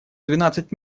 двенадцать